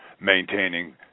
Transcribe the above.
maintaining